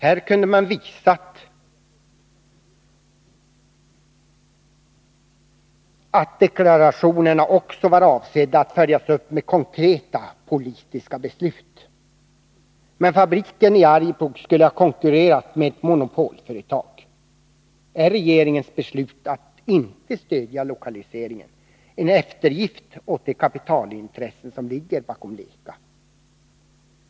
Här kunde man visa att deklarationerna också var avsedda att följas upp med konkreta politiska beslut. Men fabriken i Arjeplog skulle ha konkurrerat med ett monopolföretag. Är regeringens beslut att inte stödja lokaliseringen en eftergift åt de kapitalintressen som ligger bakom Leca?